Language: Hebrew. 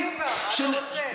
היהודי, אלטרנטיבה, מה אתה רוצה?